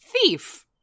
Thief